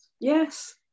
Yes